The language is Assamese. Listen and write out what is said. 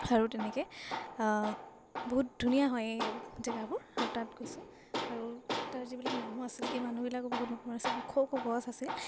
আৰু তেনেকৈ বহুত ধুনীয়া হয় এই জেগাবোৰ আৰু তাত গৈছোঁ আৰু তাৰ যিবিলাক মানুহ আছিল সেই মানুহবিলাকো বহুত মৰমৰ আছিল ওখ ওখ গছ আছিল